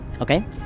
Okay